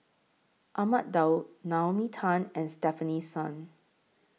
Ahmad Daud Naomi Tan and Stefanie Sun